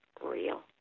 real